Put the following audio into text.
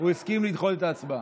לדחות את ההצבעה.